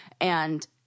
and-